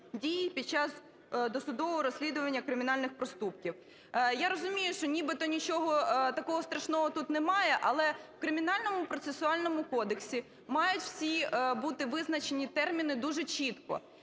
дії під час досудового розслідування кримінальних проступків". Я розумію, що нібито нічого такого страшного тут немає, але в Кримінальному процесуальному кодексі мають всі бути визначені терміни дуже чітко.